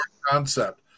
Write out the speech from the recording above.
concept